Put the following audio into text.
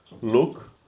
look